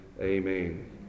Amen